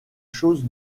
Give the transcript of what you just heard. choses